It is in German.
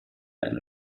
eine